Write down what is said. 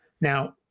Now